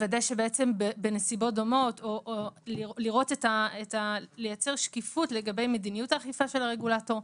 ולוודא שבנסיבות דומות מייצרים שקיפות לגבי מדיניות האכיפה של הרגולטור.